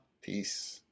Peace